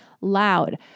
loud